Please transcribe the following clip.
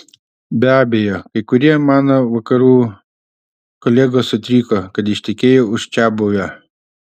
be abejo kai kurie mano vakarų kolegos sutriko kad ištekėjau už čiabuvio